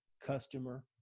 customer